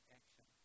action